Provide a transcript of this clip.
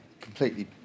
completely